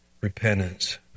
repentance